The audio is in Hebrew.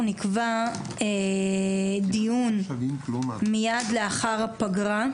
אנחנו נקבע דיון מיד לאחר הפגרה,